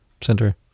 center